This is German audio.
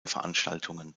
veranstaltungen